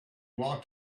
walked